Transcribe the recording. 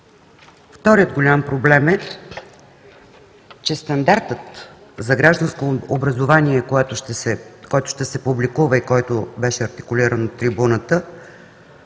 Вторият голям проблем е, че стандартът за гражданско образование, който ще се публикува, и който беше артикулиран от трибуната,